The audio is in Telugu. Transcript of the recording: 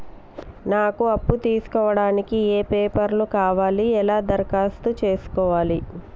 నాకు అప్పు తీసుకోవడానికి ఏ పేపర్లు కావాలి ఎలా దరఖాస్తు చేసుకోవాలి?